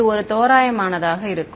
இது ஒரு தோராயமானதாக இருக்கும்